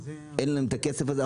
אין יותר את הכסף הזה,